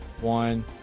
one